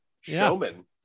Showman